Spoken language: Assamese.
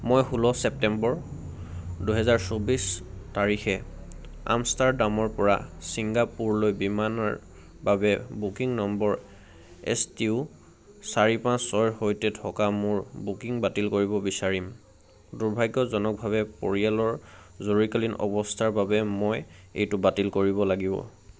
মই ষোল্ল ছেপ্টেম্বৰ দুহেজাৰ চৌবিছ তাৰিখে আমষ্টাৰডামৰপৰা ছিংগাপুৰলৈ বিমানৰ বাবে booking number S T U চাৰি পাঁচ ছয়ৰ সৈতে থকা মোৰ বুকিং বাতিল কৰিব বিচাৰিম দুৰ্ভাগ্যজনকভাৱে পৰিয়ালৰ জৰুৰীকালীন অৱস্থাৰ বাবে মই এইটো বাতিল কৰিব লাগিব